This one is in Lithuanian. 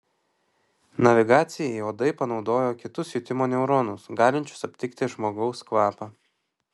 navigacijai uodai panaudojo kitus jutimo neuronus galinčius aptikti žmogaus kvapą